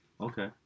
Okay